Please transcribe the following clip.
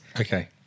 Okay